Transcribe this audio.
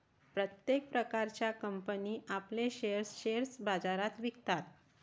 प्रत्येक प्रकारच्या कंपनी आपले शेअर्स शेअर बाजारात विकतात